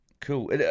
cool